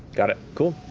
got it, cool.